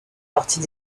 partie